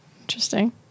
Interesting